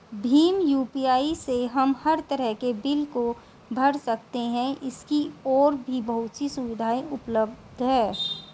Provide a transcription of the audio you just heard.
Bhim UPI से हम हर तरह के बिल को भर सकते है, इसकी और भी बहुत सी सुविधाएं उपलब्ध है